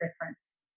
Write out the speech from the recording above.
difference